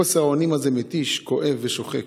חוסר האונים הזה מתיש, כואב ושוחק.